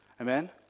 Amen